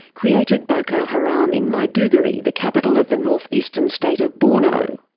created boko haram in maiduguri, the capital of the north-eastern state of borno.